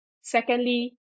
Secondly